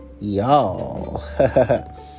y'all